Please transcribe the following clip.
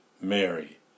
Mary